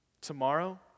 Tomorrow